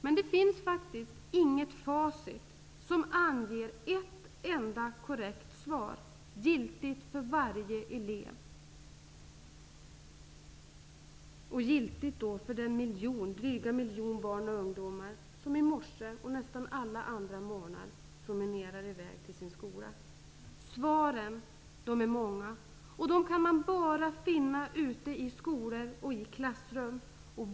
Men det finns faktiskt inget facit som anger ett enda korrekt svar, giltigt för varje elev och giltigt för den dryga miljon barn och ungdomar som i morse och nästa alla andra morgnar promenerar i väg till sin skola. Svaren är många. Dem kan man bara finna ute i skolor och i klassrum.